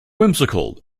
whimsical